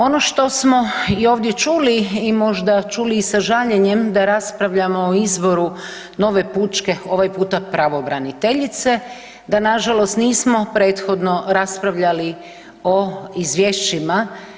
Ono što smo i ovdje čuli i možda čuli i sa žaljenjem da raspravljamo da raspravljamo o izboru nove pučke ovaj puta pravobraniteljice da nažalost nismo prethodno raspravljali o izvješćima.